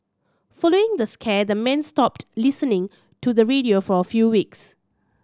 following the scare the men stopped listening to the radio for a few weeks